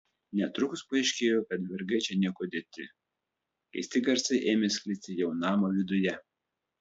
netrukus paaiškėjo kad vergai čia niekuo dėti keisti garsai ėmė sklisti jau namo viduje